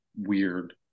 weird